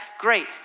Great